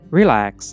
relax